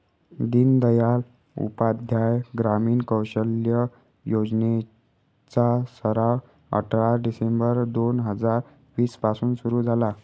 दीनदयाल उपाध्याय ग्रामीण कौशल्य योजने चा सराव अठरा डिसेंबर दोन हजार वीस पासून सुरू झाला